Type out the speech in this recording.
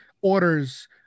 orders